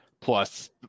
plus